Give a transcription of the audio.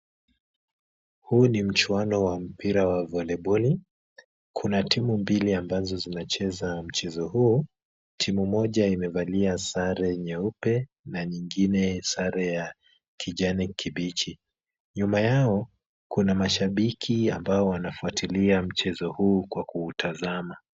Huu ni mchuano wa mpira wa voleboli . Kuna timu mbili ambazo zinacheza mchezo huu. Timu moja imevalia sare nyeupe na nyingine sare ya kijani kibichi. Nyuma yao kuna mashabiki ambao wanafuatilia mchezo huu kwa kuutazama.